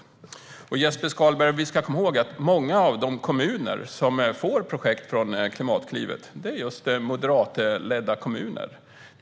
Vi ska komma ihåg, Jesper Skalberg Karlsson, att många av de kommuner som får pengar till projekt från Klimatklivet är moderatledda kommuner.